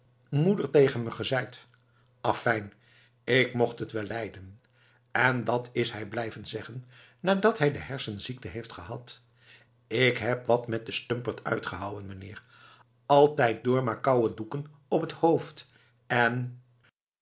moeder tegen me gezeid afijn ik mocht het wel lijden en dat is hij blijven zeggen nadat hij de hersenziekte heeft gehad k heb wat met den stumperd uitgehouwen meneer altijd door maar kouwe doeken op het hoofd en